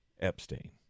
Epstein